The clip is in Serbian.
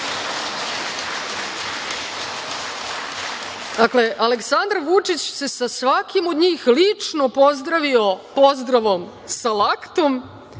sceni. Dakle, Aleksandar Vučić se sa svakim od njih lično pozdravio pozdravom laktom